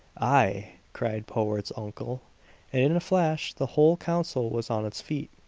aye! cried powart's uncle and in a flash the whole council was on its feet.